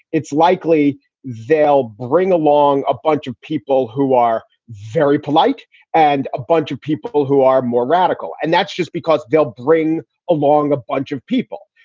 it's likely they'll bring along a bunch of people who are very polite and a bunch of people who are more radical, and that's just because they'll bring along a bunch of people.